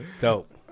Dope